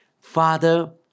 Father